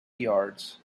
yards